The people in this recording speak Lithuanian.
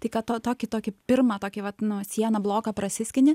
tai ką tokį tokį pirmą tokį vat nu sieną bloką prasiskini